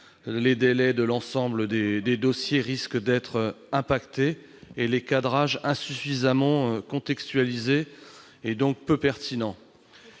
les délais de l'ensemble des dossiers risquant d'être affectés et les cadrages insuffisamment contextualisés, donc peu pertinents.